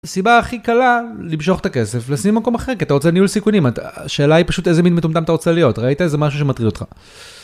הסיבה הכי קלה, למשוך את הכסף, לשים במקום אחר, כי אתה רוצה ניהול סיכונים, השאלה היא פשוט איזה מין מטומטם אתה רוצה להיות, ראית איזה משהו שמטריד אותך.